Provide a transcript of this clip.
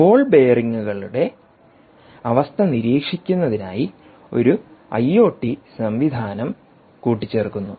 ball ബെയറിംഗുകളുടെ അവസ്ഥ നിരീക്ഷിക്കുന്നതിനായി ഒരു ഐഒടി സംവിധാനം കൂട്ടിച്ചേർക്കുന്നു